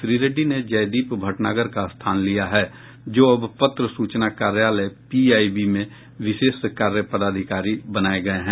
श्री रेड्डी ने जयदीप भटनागर का स्थान लिया है जो अब पत्र सूचना कार्यालय पीआईबी में विशेष कार्य पदाधिकारी बनाए गए हैं